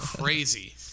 Crazy